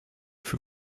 für